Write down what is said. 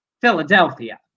Philadelphia